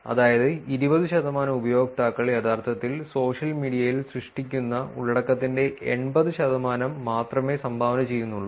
അതായത് 20 ശതമാനം ഉപയോക്താക്കൾ യഥാർത്ഥത്തിൽ സോഷ്യൽ മീഡിയയിൽ സൃഷ്ടിക്കുന്ന ഉള്ളടക്കത്തിന്റെ 80 ശതമാനം മാത്രമേ സംഭാവന ചെയ്യുന്നുള്ളൂ